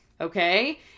Okay